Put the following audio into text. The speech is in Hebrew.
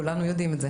כולנו יודעים את זה.